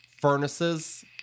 Furnaces